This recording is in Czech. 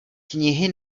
knihy